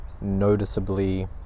noticeably